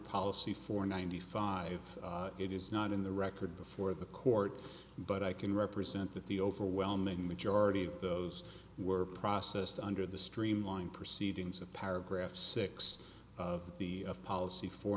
policy for ninety five it is not in the record before the court but i can represent that the overwhelming majority of those were processed under the streamline proceedings of paragraph six of the policy fo